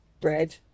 bread